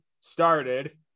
started